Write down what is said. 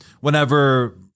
whenever